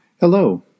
Hello